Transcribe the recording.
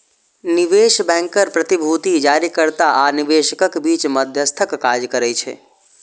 निवेश बैंकर प्रतिभूति जारीकर्ता आ निवेशकक बीच मध्यस्थक काज करै छै